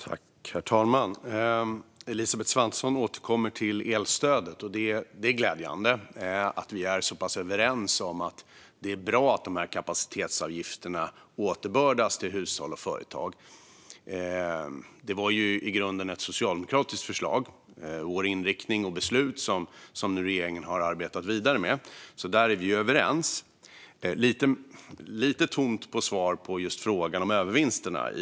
Herr talman! Elisabeth Svantesson återkommer till elstödet, och det är glädjande att vi är överens om att det är bra att kapacitetsavgifterna återbördas till hushåll och företag. Det var i grunden ett socialdemokratiskt förslag, vår inriktning och vårt beslut, som nu regeringen har arbetat vidare med. Där är vi överens. Men det är lite tomt på svar på frågan om övervinsterna.